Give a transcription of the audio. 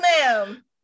Ma'am